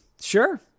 Sure